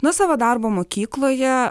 nuo savo darbo mokykloje